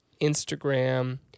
Instagram